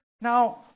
Now